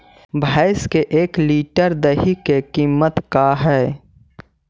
भैंस के एक लीटर दही के कीमत का है?